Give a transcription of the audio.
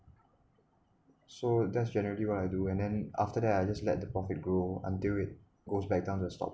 so that's generally what I do and then after that I just let the profit grow until it goes back down to stop